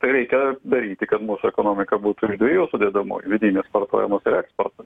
tai reikia daryti kad mūsų ekonomika būtų iš dviejų sudedamųjų vidinis vartojimas ir eksportas